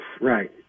right